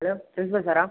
hello principal Sarah